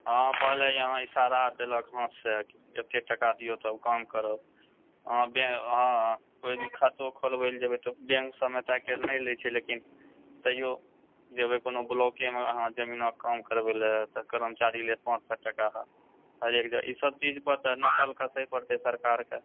हँ पहिले यहाँ इशारा देलक है अत्ते टका दियौ तब काम करब अहाँ बैक अहाँजे कोई जे खातो खोलबै लए जेबै बैंक सभमे तऽ आइ काल्हि नहि लै छै लेकिन तय्यौ जेबै कोनो ब्लॉकेमे अहाँ जमीनक काम करबै लए तऽ कर्मचारी लेत पाँच सओ टाका हरेक जगह ई सभ चीजपर तऽ नकेल कसै पड़तै सरकारके